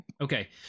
Okay